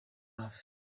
hafi